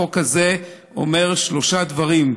החוק הזה אומר שלושה דברים,